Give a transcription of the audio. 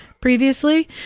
previously